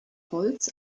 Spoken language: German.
holz